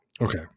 Okay